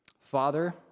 Father